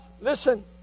listen